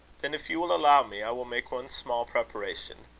then if you will allow me, i will make one small preparation.